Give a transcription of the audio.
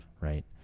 right